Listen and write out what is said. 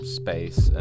space